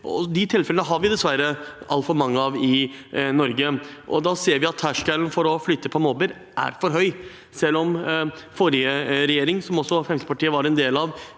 De tilfellene har vi dessverre altfor mange av i Norge, og vi ser at terskelen for å flytte på mobber er for høy. Selv om forrige regjering, som Fremskrittspartiet var en del av,